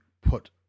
put